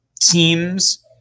teams